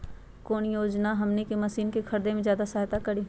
कौन योजना हमनी के मशीन के खरीद में ज्यादा सहायता करी?